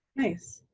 nice.